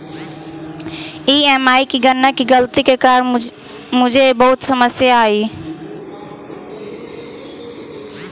EMI की गणना की गलती के कारण मुझे बहुत समस्या आई